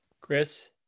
Chris